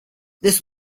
this